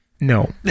No